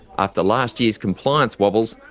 after last year's compliance wobbles,